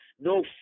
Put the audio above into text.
no